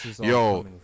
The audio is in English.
Yo